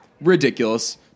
Ridiculous